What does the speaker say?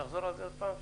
תחזור על זה עוד פעם.